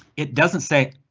it doesn't say.